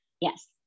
Yes